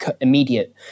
immediate